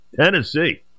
Tennessee